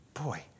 Boy